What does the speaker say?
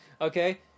Okay